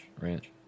Ranch